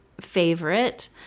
favorite